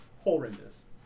horrendous